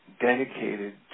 dedicated